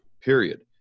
period